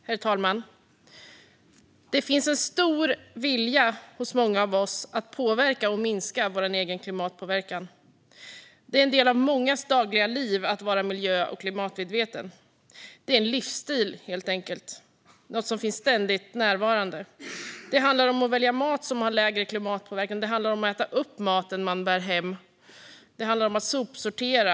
Herr talman! Det finns en stor vilja hos många av oss att påverka och minska vår egen klimatpåverkan. Det är en del av mångas dagliga liv att vara miljö och klimatmedveten. Det är helt enkelt en livsstil - något som finns ständigt närvarande. Det handlar om att välja mat som har mindre klimatpåverkan. Det handlar om att äta upp maten man bär hem. Det handlar om att sopsortera.